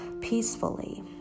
peacefully